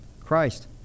Christ